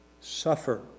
suffer